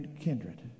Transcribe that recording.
kindred